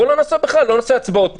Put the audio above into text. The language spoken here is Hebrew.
בואו לא נעשה בכלל, לא נעשה הצבעות פה.